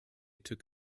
took